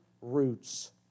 roots